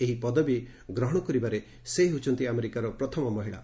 ଏହି ପଦବୀ ଗ୍ରହଣ କରିବାରେ ସେ ହେଉଛନ୍ତି ଆମେରିକାର ପ୍ରଥମ ମହିଳା